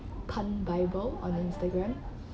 pun bible on the instagram